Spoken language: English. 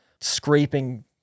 scraping